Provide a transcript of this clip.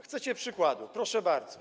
Chcecie przykładu, proszę bardzo.